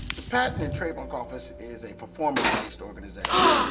the patent and trademark office is a performance based organization.